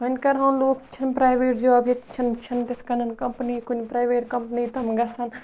وۄنۍ کَرہٲن لوٗکھ چھِنہٕ پرٛایویٹ جاب ییٚتہِ چھَنہٕ چھَنہٕ تِتھ کٔنۍ کَمپٔنی کُنہِ پرٛایویٹ کَمپٔنی تِم گژھَن